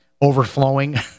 overflowing